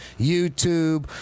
YouTube